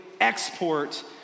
export